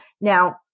Now